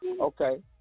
okay